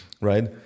right